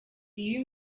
iyo